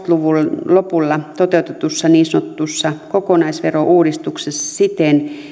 luvun lopulla toteutetussa niin sanotussa kokonaisverouudistuksessa siten